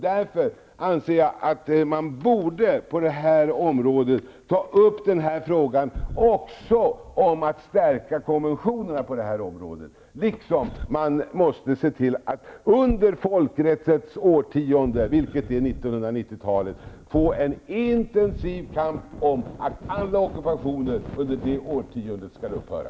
Därför anser jag att man borde ta upp frågan inom detta område. Man bör även diskutera att stärka konventionerna på det området. Under folkrättens årtionde -- 1990-talet -- måste man se till att det förs en intensiv kamp för att alla ockupationer skall upphöra.